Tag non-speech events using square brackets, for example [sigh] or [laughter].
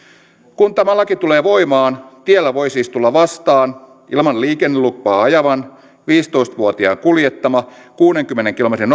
kun tämä laki tulee voimaan tiellä voi siis tulla vastaan ilman liikennelupaa ajavan viisitoista vuotiaan kuljettama kuudenkymmenen kilometrin [unintelligible]